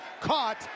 caught